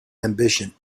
ambition